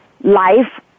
life